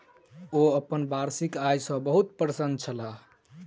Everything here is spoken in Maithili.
ओ अपन वार्षिक आय सॅ बहुत प्रसन्न छलाह